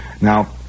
Now